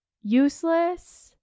useless